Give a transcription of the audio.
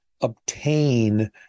obtain